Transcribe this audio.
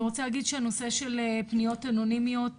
אני רוצה להגיד שהנושא של פניות אנונימיות עלה,